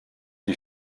die